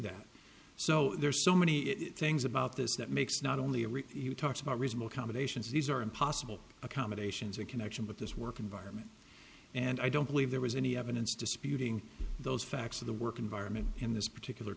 that so there are so many things about this that makes not only a rich talks about reasonable accommodations these are impossible accommodations in connection with this work environment and i don't believe there was any evidence disputing those facts of the work environment in this particular